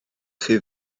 chi